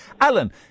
Alan